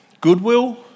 goodwill